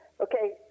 Okay